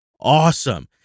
awesome